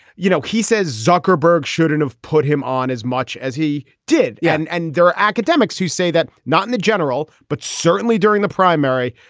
you know he says zuckerberg shouldn't have put him on as much as he did. yeah and and there are academics who say that not in the general but certainly during the primary.